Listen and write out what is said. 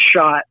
shot